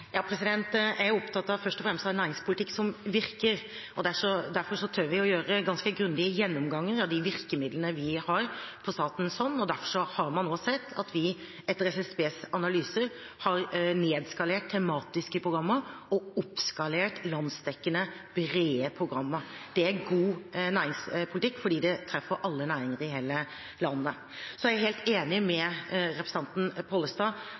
Jeg er først og fremst opptatt av næringspolitikk som virker. Derfor tør vi å gjøre ganske grundige gjennomganger av de virkemidlene vi har på statens hånd, og derfor har man nå sett at vi etter SSBs analyser har nedskalert tematiske programmer og oppskalert landsdekkende, brede programmer. Det er god næringspolitikk fordi det treffer alle næringer i hele landet. Så er jeg helt enig med representanten Pollestad